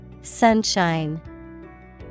Sunshine